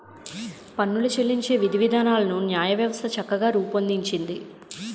పన్నులు చెల్లించే విధివిధానాలను న్యాయవ్యవస్థ చక్కగా రూపొందించింది